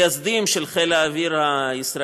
הוא היה בין המייסדים של חיל האוויר הישראלי,